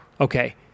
Okay